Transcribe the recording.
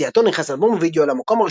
עם יציאתו נכנס אלבום הווידאו אל המקום